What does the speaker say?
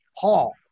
Paul